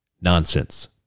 Nonsense